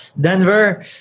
Denver